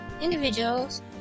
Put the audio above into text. individuals